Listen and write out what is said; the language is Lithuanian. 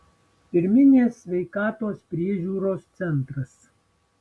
pirminės sveikatos priežiūros centras